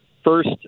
First